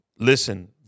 Listen